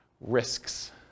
Risks